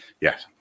Yes